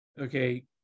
okay